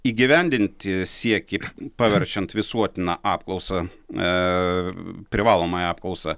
įgyvendinti siekį paverčiant visuotiną apklausą aa privalomąją apklausą